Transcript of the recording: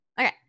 Okay